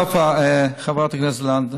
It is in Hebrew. סופה, חברת הכנסת לנדבר,